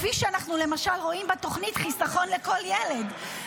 כפי שאנחנו למשל רואים בתוכנית חיסכון לכל ילד.